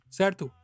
certo